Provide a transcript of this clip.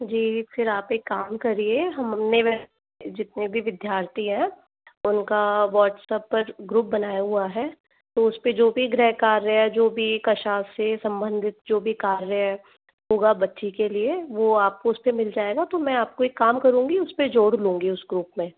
जी फिर आप एक काम करिए हमने जितने भी विद्यार्थी है उनका व्हाट्सएप पर ग्रुप बनाया हुआ है तो उस पे जो भी गृह कार्य है जो भी कक्षा से संबंधित जो भी कार्य होगा बच्ची के लिए वह आपको उस पर मिल जाएगा तो मैं आपको एक काम करूंगी उस पर जोड़ लूंगी उस ग्रुप में